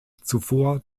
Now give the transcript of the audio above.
zuvor